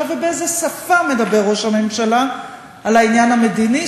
ובאיזה שפה מדבר ראש הממשלה על העניין המדיני?